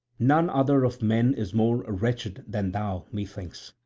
none other of men is more wretched than thou, methinks.